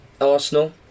Arsenal